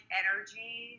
energy